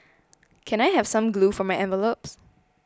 can I have some glue for my envelopes